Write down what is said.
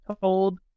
told